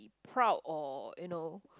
proud or you know